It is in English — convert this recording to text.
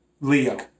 Leo